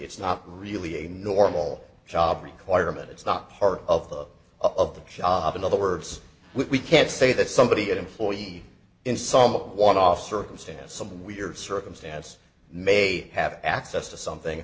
it's not really a normal job requirement it's not part of the of the job in other words we can't say that somebody an employee in some up one off circumstance some weird circumstance may have access to something